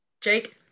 Jake